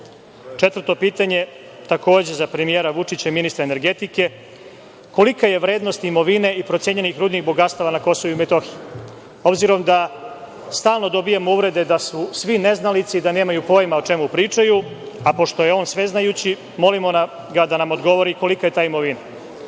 pitanje, takođe za premijera Vučića i ministra energetike, kolika je vrednost imovine i procenjenih rudnih bogatstava na Kosovu i Metohiji? Obzirom da stalno dobijamo uvrede da su svi neznalice i da nemaju pojma o čemu pričaju, a pošto je on sveznajući, molimo ga da nam odgovori kolika je ta imovina. Prema